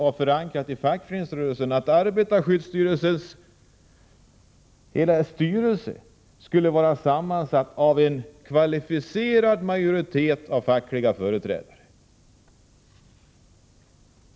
har förankrats i fackföreningsrörelsen om att arbetarskyddsstyrelsens styrelse skulle ha en kvalificerad majoritet av fackliga företrädare.